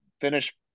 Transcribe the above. finish